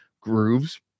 grooves